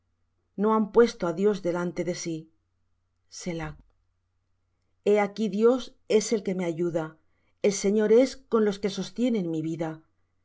no han puesto á dios delante de sí selah he aquí dios es el que me ayuda el señor es con los que sostienen mi vida